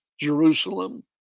Jerusalem